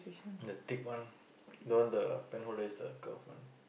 the thick one the one the pen holder is the curve one